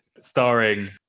Starring